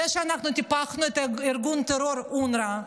זה שאנחנו טיפחנו את ארגון הטרור אונר"א,